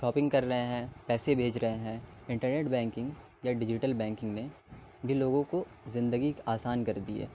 shopping کر رہے ہیں پیسے بیچ رہے ہیں انٹرنیٹ بینکنگ یا ڈیجیٹل بینکنگ میں بھی لوگوں کو زندگی آسان کر دی ہے